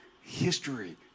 history